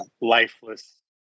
lifeless